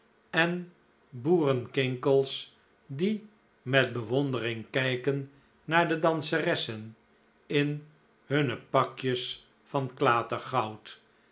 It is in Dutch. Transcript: en boerenkinkels die met bewondering kijken naar de danseressen in hun pakjes van